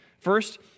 First